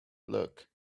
look